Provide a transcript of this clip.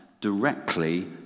directly